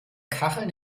kacheln